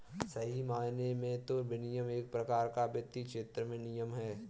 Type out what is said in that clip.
सही मायने में तो विनियमन एक प्रकार का वित्तीय क्षेत्र में नियम है